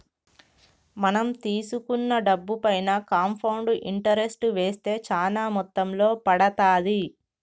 మనం తీసుకున్న డబ్బుపైన కాంపౌండ్ ఇంటరెస్ట్ వేస్తే చానా మొత్తంలో పడతాది